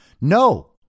No